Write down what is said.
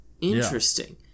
Interesting